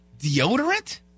deodorant